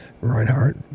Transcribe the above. Reinhardt